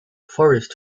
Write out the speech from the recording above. forest